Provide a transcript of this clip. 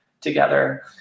together